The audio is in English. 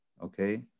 Okay